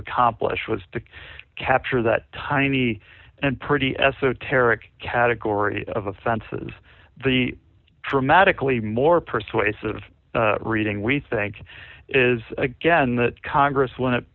accomplish was to capture that tiny and pretty esoteric category of offenses the dramatically more persuasive reading we think is again that congress w